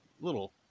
little